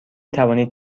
توانید